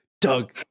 Doug